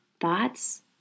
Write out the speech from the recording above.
thoughts